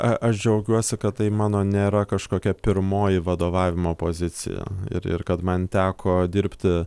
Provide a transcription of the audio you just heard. a aš džiaugiuosi kad tai mano nėra kažkokia pirmoji vadovavimo pozicija ir ir kad man teko dirbti